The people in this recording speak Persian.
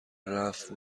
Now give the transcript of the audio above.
رفت